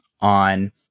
on